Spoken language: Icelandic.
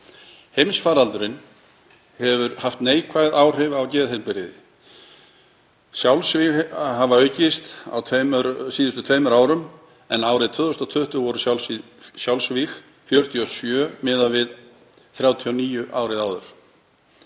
Heimsfaraldurinn hefur haft neikvæð áhrif á geðheilbrigði. Sjálfsvíg hafa aukist á síðustu tveimur árum en árið 2020 voru sjálfsvíg 47 miðað við 39 árið áður.